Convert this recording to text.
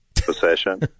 Possession